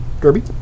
Derby